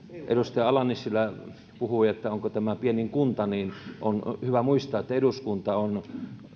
edustaja ala nissilä puhui että onko tämä pienin kunta niin on hyvä muistaa että eduskunta on